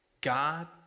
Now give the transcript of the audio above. God